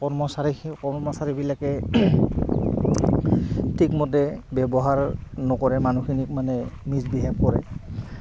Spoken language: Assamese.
কৰ্মচাৰী সেই কৰ্মচাৰীবিলাকে ঠিকমতে ব্যৱহাৰ নকৰে মানুহখিনিক মানে মিছ বিহেভ কৰে